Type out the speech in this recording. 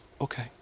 okay